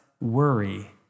worry